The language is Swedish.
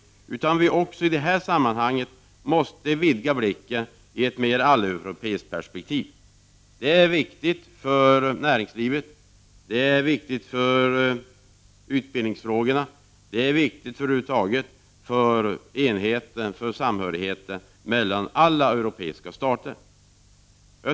Vi måste i detta sammanhang vidga blicken till ett mera alleuropeiskt perspektiv. Det är viktigt för näringslivet och för utbildningsfrågorna liksom över huvud taget för enigheten och samhörigheten mellan alla europeiska stater.